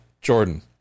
jordan